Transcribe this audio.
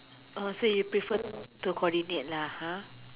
oh so you prefer to coordinate lah ha